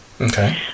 okay